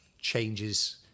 changes